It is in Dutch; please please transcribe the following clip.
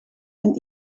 een